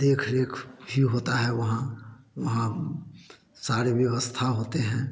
देख रेख भी होता है वहाँ वहाँ सारे व्यवस्था होते हैं